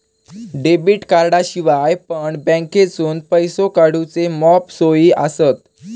debit कार्डाशिवाय पण बँकेतसून पैसो काढूचे मॉप सोयी आसत